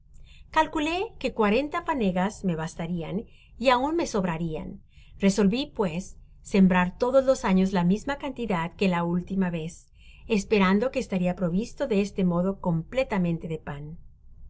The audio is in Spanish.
calculó que cuarenta fanegas jie bastarian y aun me sobrarian resolvi pues sembrar lodos los años la misma cantidad que la última vez esperando que estaria provisto de este modo completamente de pan